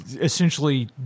essentially